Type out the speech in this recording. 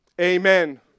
Amen